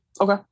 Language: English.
Okay